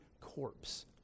corpse